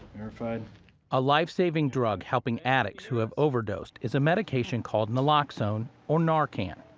but a lifesaving drug helping addicts who have overdosed is a medication called naloxone, or narcan.